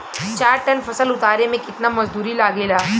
चार टन फसल उतारे में कितना मजदूरी लागेला?